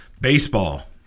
Baseball